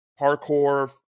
parkour